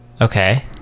okay